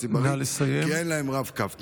בתחבורה ציבורית כי אין להם רב-קו.